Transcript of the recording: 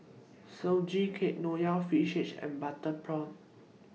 Sugee Cake Nonya Fish Head and Butter Prawn